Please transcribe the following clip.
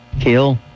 Kill